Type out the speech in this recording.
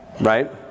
right